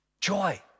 Joy